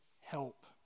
help